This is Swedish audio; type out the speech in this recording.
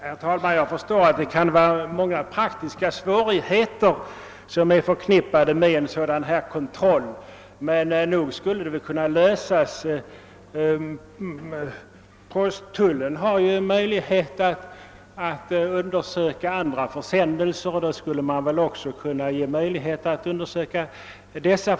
Herr talman! Jag förstår att många praktiska problem kan vara förknippade med en kontroll, men nog skulle de väl kunna lösas. Tullen har ju rätt att undersöka andra försändelser, och då skulle den väl också kunna beredas möjlighet att undersöka dessa.